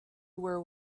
were